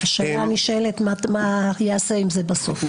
השאלה מה ייעשה עם זה בסוף.